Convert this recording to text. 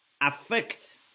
affect